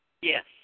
Yes